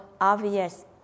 obvious